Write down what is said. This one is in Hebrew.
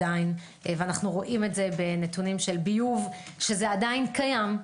ואנו רואים את זה בנתוני ביוב שזה עדיין קיים.